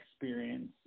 experience